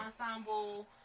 Ensemble